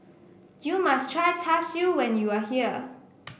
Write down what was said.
you must try Char Siu when you are here